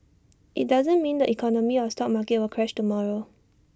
IT doesn't mean the economy or stock market will crash tomorrow